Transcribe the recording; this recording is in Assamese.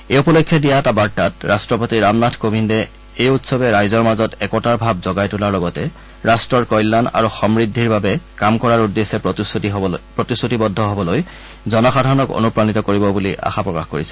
এই উপলক্ষে দিয়া এটা বাৰ্তাত ৰাট্টপতি ৰামনাথ কোবিন্দে এই উৎসৱে ৰাইজৰ মাজত একতাৰ ভাৱ জগাই তোলাৰ লগতে ৰাট্টৰ কল্যান আৰু সমূদ্ধিৰ বাবে কাম কৰাৰ উদ্দেশ্যে প্ৰতিশ্ৰুতিবদ্ধ হবলৈ জনসাধাৰণক অনূপ্ৰাণিত কৰিব বুলি আশা প্ৰকাশ কৰিছে